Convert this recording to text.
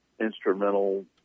instrumental